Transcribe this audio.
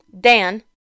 Dan